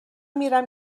میرم